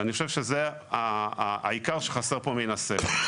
ואני חושב שזה העיקר שחסר פה מן הספר,